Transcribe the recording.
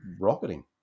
rocketing